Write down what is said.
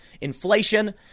inflation